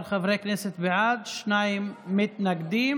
13 חברי כנסת בעד, שניים מתנגדים.